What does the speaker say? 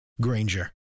Granger